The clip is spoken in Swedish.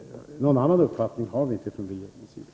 Någon annan uppfattning har vi inte från regeringens sida.